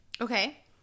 Okay